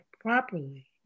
properly